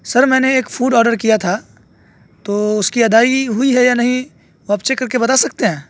سر میں نے ایک فوڈ آڈر کیا تھا تو اس کی ادائیگی ہوئی ہے یا نہیں وہ آپ چیک کر کے بتا سکتے ہیں